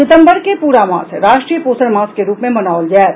सितम्बर के पूरा मास राष्ट्रीय पोषण मास के रूप मे मनाओल जायत